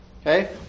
Okay